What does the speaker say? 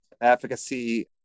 efficacy